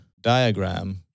diagram